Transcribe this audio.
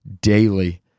daily